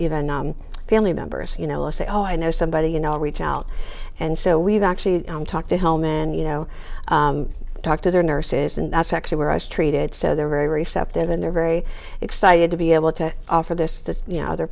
even family members you know say oh i know somebody you know reach out and so we've actually talked to home and you know talk to their nurses and that's actually where i was treated so they're very receptive and they're very excited to be able to offer this to you know other